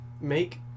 make